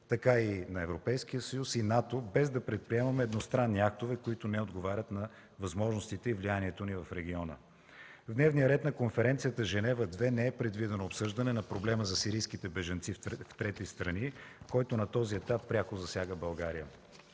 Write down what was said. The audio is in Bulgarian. така и на Европейския съюз и НАТО, без да предприемаме едностранни актове, които не отговарят на възможностите и влиянието ни в региона. В дневния ред на конференцията „Женева 2” не е предвидено обсъждане на проблема за сирийските бежанци в трети страни, който на този етап пряко засяга България.